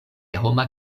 homa